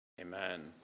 Amen